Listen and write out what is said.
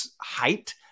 height